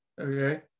okay